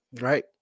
Right